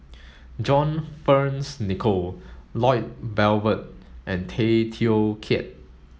John Fearns Nicoll Lloyd Valberg and Tay Teow Kiat